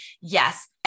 yes